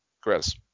Chris